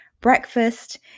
breakfast